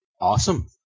Awesome